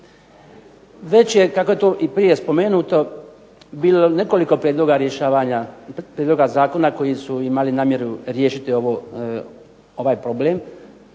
Već je, kako je to i prije spomenuto, bilo nekoliko prijedloga zakona koji su imali namjeru riješiti ovaj problem